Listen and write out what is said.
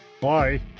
Bye